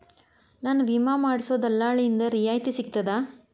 ನನ್ನ ವಿಮಾ ಮಾಡಿಸೊ ದಲ್ಲಾಳಿಂದ ರಿಯಾಯಿತಿ ಸಿಗ್ತದಾ?